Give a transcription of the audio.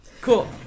Cool